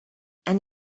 and